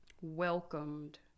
welcomed